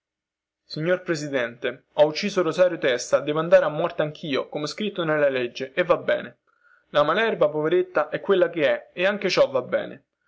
signor presidente ho ucciso rosario testa devo andare a morte anchio comè scritto nella legge e va bene la malerba poveretta è quella che è e anche ciò va bene